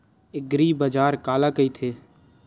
एग्रीबाजार काला कइथे?